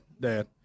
Dad